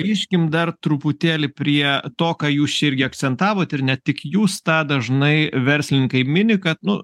grįžkim dar truputėlį prie to ką jūs čia irgi akcentavot ir ne tik jūs tą dažnai verslininkai mini kad nu